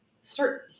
Start